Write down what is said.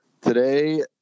today